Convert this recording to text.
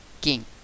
king